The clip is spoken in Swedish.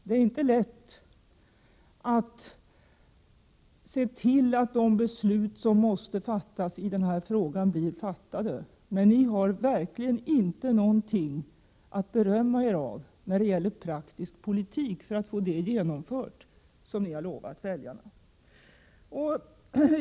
Det är inte lätt att se till att de beslut som måste fattas i den här frågan blir fattade, men ni har verkligen inte någonting att berömma er av när det gäller att i praktisk politik få det genomfört som ni har lovat väljarna.